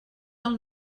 del